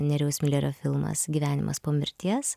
nerijaus milerio filmas gyvenimas po mirties